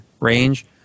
range